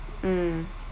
mm